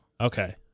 Okay